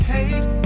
Hate